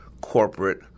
corporate